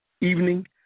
evening